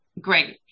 Great